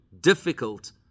difficult